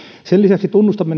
sen lisäksi tunnustamme